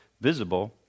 visible